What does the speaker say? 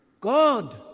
God